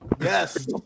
Yes